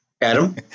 Adam